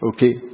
Okay